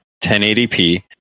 1080p